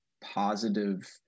positive